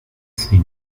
senate